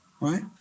right